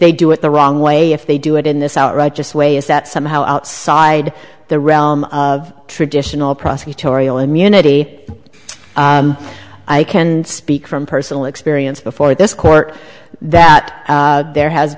they do it the wrong way if they do it in this out righteous way is that somehow outside the realm of traditional prosecutorial immunity i can speak from personal experience before this court that there has